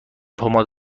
پماد